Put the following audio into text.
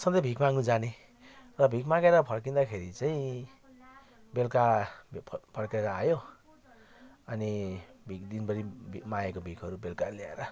सधैँ भिख माग्नु जाने र भिख मागेर फर्किँदाखेरि चाहिँ बेलुका फर्केर आयो अनि भिख दिनभरि भिख मागेको भिखहरू बेलुका ल्याएर